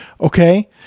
okay